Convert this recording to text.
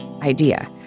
idea